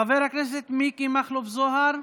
חבר הכנסת מיקי מכלוף זוהר,